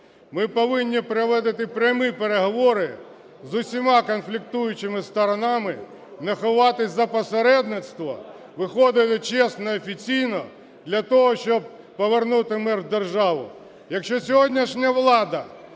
ми повинні проводити прямі переговори з усіма конфліктуючими сторонами, не ховатись за посередництво, виходити чесно і офіційно для того, щоб повернути мир в державу. Якщо сьогоднішня влада